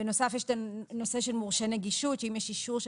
בנוסף יש את הנושא של מורשה נגישות שאם יש אישור של